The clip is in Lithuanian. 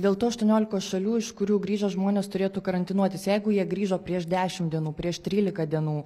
dėl to aštuoniolikos šalių iš kurių grįžo žmonės turėtų karantinuotis jeigu jie grįžo prieš dešimt dienų prieš trylika dienų